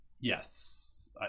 Yes